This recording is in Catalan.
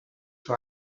que